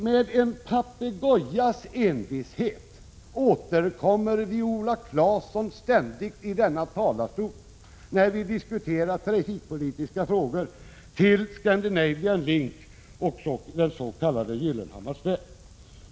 Med en papegojas envishet återkommer Viola Claesson när vi diskuterar trafikpolitiska frågor ständigt i talarstolen till Scandinavian Link och dens.k. Gyllenhammars väg.